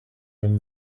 from